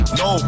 no